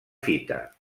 fita